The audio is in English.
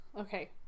Okay